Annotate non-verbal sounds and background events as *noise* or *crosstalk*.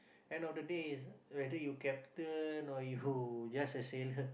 end of the day is whether you captain or you *breath* just a sailor